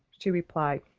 she replied.